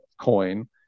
Coin